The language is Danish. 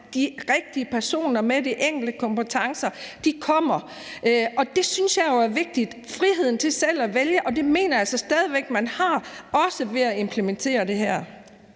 de rigtige personer med den enkeltes kompetencer kommer. Og det synes jeg er vigtigt, altså friheden til selv at vælge. Og det mener jeg altså også stadig væk man har ved at implementere det her.